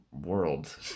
world